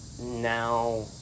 now